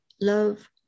love